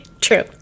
True